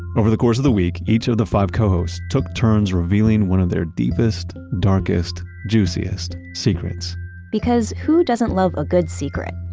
over the course of the week, each of the five co-hosts took turns revealing one of their deepest, darkest, juiciest secrets because who doesn't love a good secret?